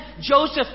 Joseph